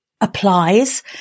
applies